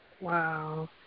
Wow